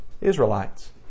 Israelites